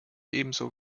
ebenso